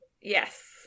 Yes